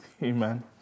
Amen